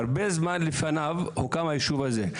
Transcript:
הרבה זמן לפניו הוקם הישוב הזה.